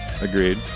Agreed